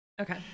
Okay